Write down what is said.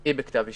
היא בכתב אישום.